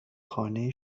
خانه